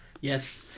Yes